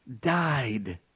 died